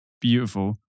beautiful